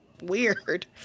weird